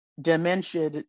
Dementia